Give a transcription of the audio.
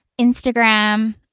Instagram